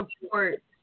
support